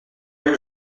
rue